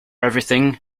everything